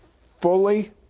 fully